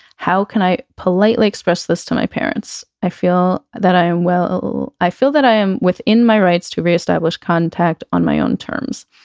how can i politely express this to my parents? i feel that i am well. i feel that i am within my rights to re-establish contact on my own terms.